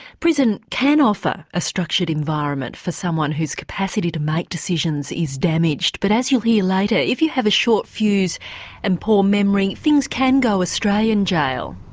prison can offer a structured environment for someone whose capacity to make decisions is damaged but, as you'll hear later, if you have a short fuse and poor memory things can go astray in jail.